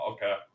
Okay